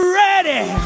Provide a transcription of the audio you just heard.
ready